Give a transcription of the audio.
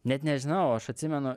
net nežinau aš atsimenu